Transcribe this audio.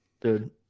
Dude